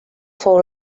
fou